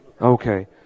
Okay